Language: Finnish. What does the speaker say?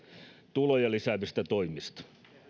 tuloja lisäävistä toimista